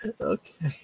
Okay